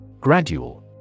Gradual